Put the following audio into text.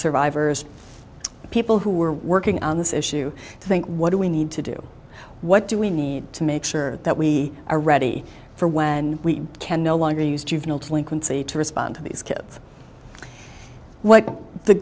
survivors people who were working on this issue think what do we need to do what do we need to make sure that we are ready for when we can no longer use juvenile delinquency to respond to these kids what the